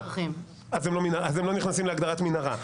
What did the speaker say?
אז הם לא נכנסים להגדרת מנהרה.